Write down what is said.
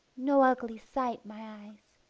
no ugly sight my eyes.